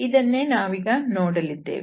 ಇದನ್ನೇ ನಾವೀಗ ನೋಡಲಿದ್ದೇವೆ